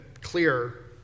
clear